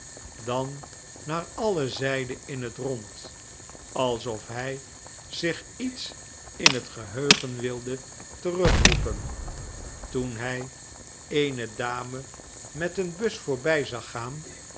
dan naar alle zijden in het rond alsof hij zich iets in het geheugen wilde terugroepen toen hij eene dame met een bus voorbij zag gaan